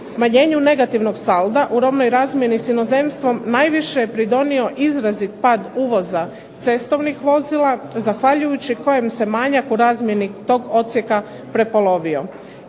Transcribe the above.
Smanjenju negativnog salda u robnoj razmjeni s inozemstvom najviše je pridonio izrazit pad uvoza cestovnih vozila zahvaljujući kojem se manjak u razmjeni tog odsjeka prepolovio.